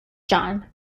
john